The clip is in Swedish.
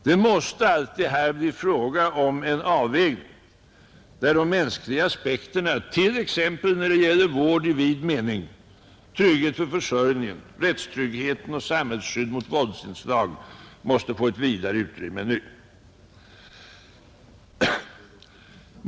Det måste här alltid bli fråga om en avvägning, där de mänskliga aspekterna, t.ex. när det gäller vård i vid mening, trygghet för försörjningen, rättstryggheten och samhällsskydd mot våldsinslag, måste få ett vidare utrymme än nu.